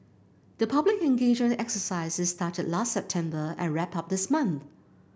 the public engagement exercises started last September and wrapped up this month